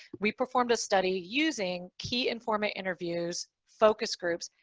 we performed a study using key informant interviews, focus groups,